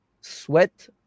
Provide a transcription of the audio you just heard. sweat